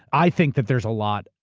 i think that there's a lot,